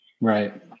Right